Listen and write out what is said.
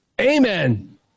Amen